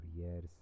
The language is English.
years